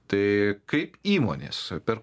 tai kaip įmonės per